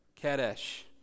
Kadesh